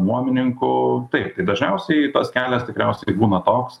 nuomininkų taip tai dažniausiai tas kelias tikriausiai būna toks